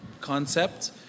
concept